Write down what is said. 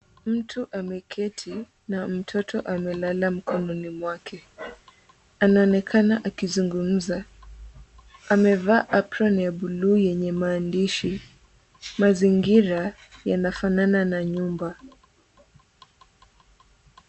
Mtu ameketi na mtoto amelala mkononi mwake. Anaonekana akizungumza, amevaa apron ya buluu yenye maandishi . Mazingira yanafanana na nyumba.